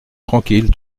tranquille